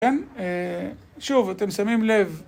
כן, שוב, אתם שמים לב